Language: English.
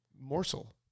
Morsel